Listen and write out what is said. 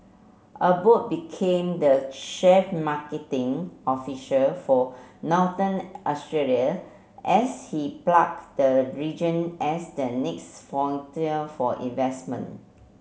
Abbott became the chef marketing officer for Northern Australia as he plugged the region as the next for investment